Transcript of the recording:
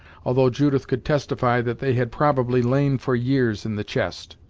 although judith could testify that they had probably lain for years in the chest.